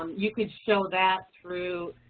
um you could show that through,